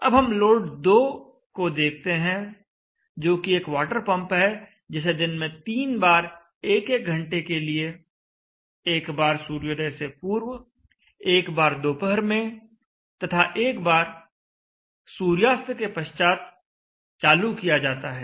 अब हम लोड 2 को देखते हैं जो कि एक वाटर पंप है जिसे दिन में तीन बार 1 1 घंटे के लिए एक बार सूर्योदय से पूर्व एक बार दोपहर में तथा एक बार सूर्यास्त के पश्चात चालू किया जाता है